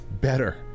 better